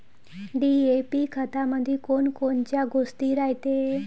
DAP खतामंदी कोनकोनच्या गोष्टी रायते?